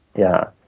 yeah.